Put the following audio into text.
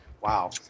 Wow